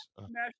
National